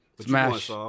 Smash